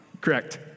Correct